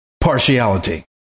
Partiality